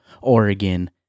Oregon